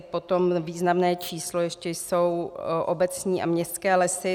Potom významné číslo ještě jsou obecní a městské lesy.